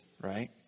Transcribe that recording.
right